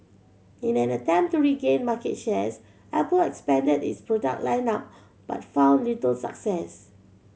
in an attempt to regain market shares Apple expanded its product line up but found little success